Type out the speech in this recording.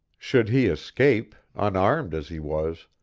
should he escape, unarmed as he was,